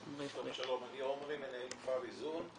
שלום אני מנהל כפר איזון.